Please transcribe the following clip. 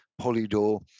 polydor